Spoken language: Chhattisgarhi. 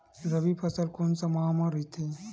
रबी फसल कोन सा माह म रथे?